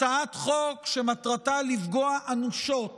זו הצעת חוק שמטרתה לפגוע אנושות